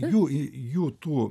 jų jų tų